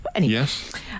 Yes